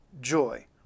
joy